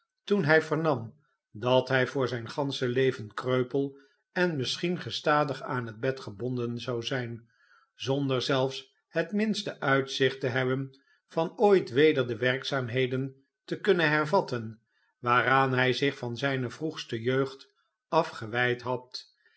toen hij vernam dat hij voor zijn gansche leven kreupel en misschien gestadig aan het bed gebonden zou zijn zonder zelfs het minste uitzicht te hebben van ooit weder de werkzaamheden te kunnen hervatten waaraan hij zich van zijne vroegste jeugd af gewijd had